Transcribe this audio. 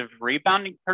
rebounding